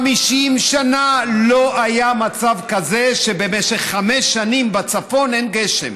50 שנה לא היה מצב כזה שבמשך חמש שנים בצפון אין גשם.